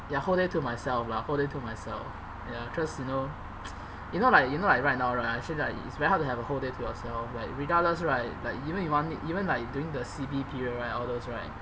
ya whole day to myself lah whole day to myself ya cause you know you know like you know like right now right actually like it's hard to have the whole day to yourself like regardless right like even you want it even like during the C_B period right all those right